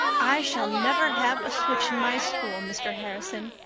i shall never have a switch in my school, mr. harrison.